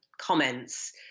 comments